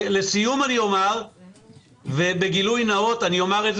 לסיום, ובגילוי נאות, אומר,